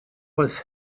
was